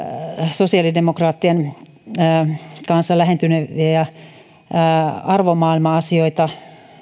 sosiaalidemokraattien kanssa lähentyviä arvomaailma asioita